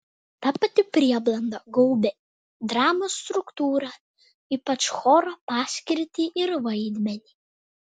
ta pati prieblanda gaubė dramos struktūrą ypač choro paskirtį ir vaidmenį